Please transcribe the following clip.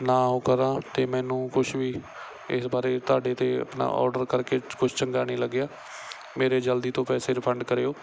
ਨਾ ਉਹ ਕਰਾਂ ਅਤੇ ਮੈਨੂੰ ਕੁਛ ਵੀ ਇਸ ਬਾਰੇ ਤੁਹਾਡੇ ਤੋਂ ਆਪਣਾ ਔਡਰ ਕਰਕੇ ਕੁਛ ਚੰਗਾ ਨਹੀਂ ਲੱਗਿਆ ਮੇਰੇ ਜਲਦੀ ਤੋਂ ਪੈਸੇ ਰਿਫੰਡ ਕਰਿਓ